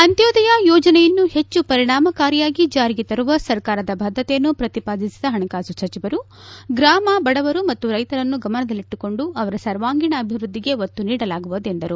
ಅಂತ್ಯೋದಯ ಯೋಜನೆಯನ್ನು ಹೆಚ್ಚು ಪರಿಣಾಮಕಾರಿಯಾಗಿ ಜಾರಿಗೆ ತರುವ ಸರ್ಕಾರದ ಬದ್ದತೆಯನ್ನು ಪ್ರತಿಪಾದಿಸಿದ ಹಣಕಾಸು ಸಚಿವರು ಗ್ರಾಮ ಬಡವರು ಮತ್ತು ರೈತರನ್ನು ಗಮನದಲ್ಲಿಟ್ಟುಕೊಂಡು ಅವರ ಸರ್ವಾಂಗೀಣ ಅಭಿವ್ಬದ್ದಿಗೆ ಒತ್ತು ನೀಡಲಾಗುವುದು ಎಂದರು